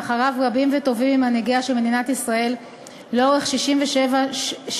ואחריו רבים וטובים ממנהיגיה של מדינת ישראל לאורך 67 שנותיה,